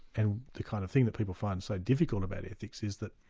and the kind of thing that people find so difficult about ethics is that